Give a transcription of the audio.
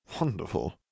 Wonderful